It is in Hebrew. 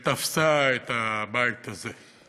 שתפסה את הבית הזה.